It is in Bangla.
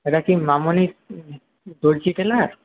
এটাকি মামনি দর্জি টেলার